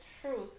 truth